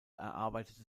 erarbeitete